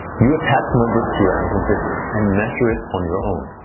you attach numbers to your amazon business and measure it on your own.